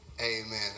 amen